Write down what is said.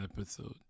episode